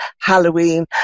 Halloween